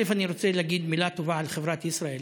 אני רוצה להגיד מילה טובה על חברת ישראייר.